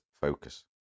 focus